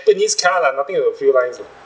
dennis car lah nothing with the fuel lines lah